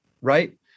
right